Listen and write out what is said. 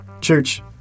Church